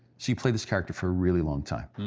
so you played this character for a really long time.